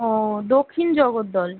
ও দক্ষিণ জগদ্দল